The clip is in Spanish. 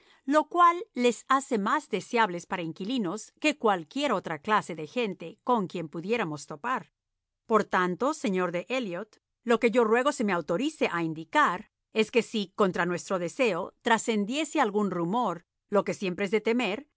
lo cual les hace más deseables para inquilinos que cualquier otra clase de gente con quien pudiéramos topar por tanto señor de elliot lo que yo ruego se me autorice a indicar es que si contra nuestro deseo trascendiese algún rumor lo que siempre es de temer